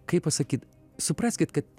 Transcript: kaip pasakyt supraskit kad